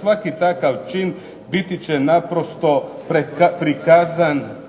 svaki takav čin biti će naprosto prikazan